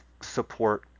support